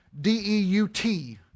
D-E-U-T